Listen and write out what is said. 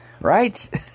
Right